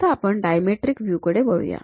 आता आपण dimetric view कडे पाहूया